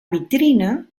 vitrina